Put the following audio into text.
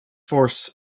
force